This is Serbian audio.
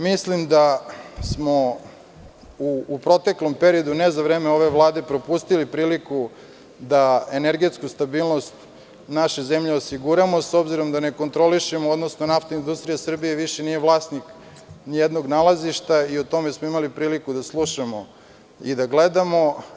Mislim da smo u proteklom periodu, ne za vreme ove Vlade, propustili priliku da energetsku stabilnost naše zemlje osiguramo, s obzirom da ne kontrolišemo odnosno Naftna industrija Srbije više nije vlasnik nijednog nalazišta i o tome smo imali priliku da slušamo i da gledamo.